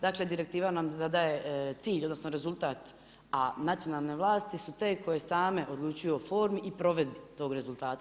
Dakle direktiva nam zadaje cilj, odnosno rezultat a nacionalne vlasti su te koje same odlučuju o formi i provedbi tog rezultata.